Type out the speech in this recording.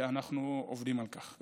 ואנחנו עובדים על כך.